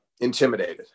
intimidated